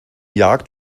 jagd